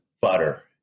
butter